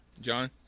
John